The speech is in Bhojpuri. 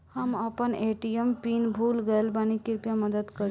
हम अपन ए.टी.एम पिन भूल गएल बानी, कृपया मदद करीं